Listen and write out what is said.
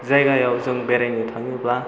जायगायाव जों बेरायनो थाङोब्ला